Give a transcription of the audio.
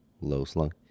low-slung